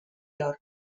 york